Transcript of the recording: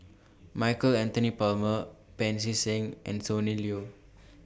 Michael Anthony Palmer Pancy Seng and Sonny Liew